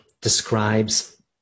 describes